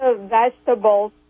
vegetables